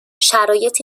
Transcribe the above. شرایط